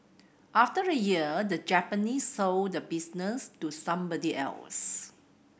after a year the Japanese sold the business to somebody else